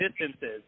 distances